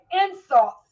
insults